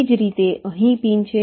એ જ રીતે અહીં પિન છે